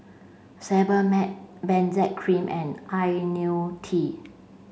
Sebamed Benzac cream and Ionil T